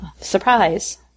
Surprise